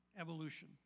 evolution